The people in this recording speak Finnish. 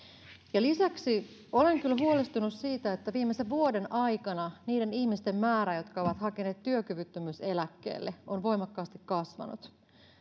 lisäksi olen kyllä huolestunut siitä että viimeisen vuoden aikana niiden ihmisten määrä jotka ovat hakeneet työkyvyttömyyseläkkeelle on voimakkaasti kasvanut